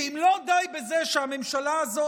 ואם לא די בזה שהממשלה הזו,